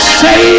say